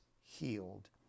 healed